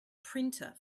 printer